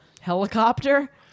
helicopter